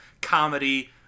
comedy